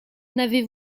n’avez